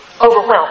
overwhelmed